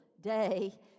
day